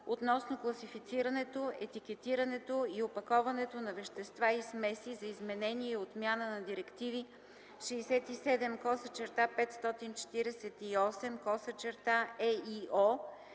относно класифицирането, етикетирането и опаковането на вещества и смеси, за изменение и отмяна на директиви 67/548/ЕИО